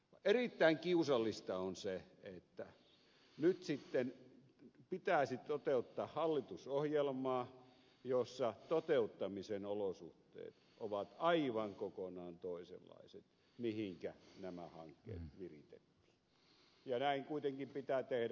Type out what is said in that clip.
erittäin kiusallista on se että nyt sitten pitäisi toteuttaa hallitusohjelmaa jossa toteuttamisen olosuhteet ovat aivan kokonaan toisenlaiset kuin ne joihin nämä hankkeet viritettiin ja näin kuitenkin pitää tehdä